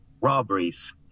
robberies